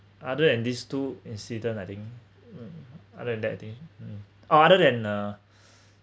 other than these two incident I think mm other than that I think mm oh other than uh